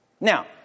Now